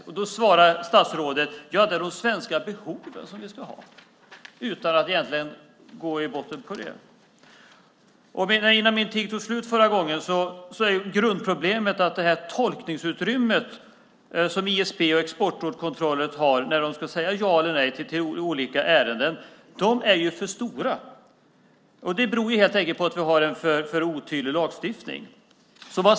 Statsrådet svarar att det är de svenska behoven som styr, men hon går inte till botten med det. Grundproblemet är att det tolkningsutrymme som ISP och Exportkontrollrådet har när de ska säga ja eller nej till olika ärenden är för stort. Det beror helt enkelt på att vi har en för otydlig lagstiftning.